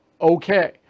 okay